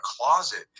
closet